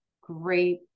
great